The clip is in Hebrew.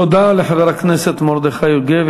תודה לחבר הכנסת מרדכי יוגב.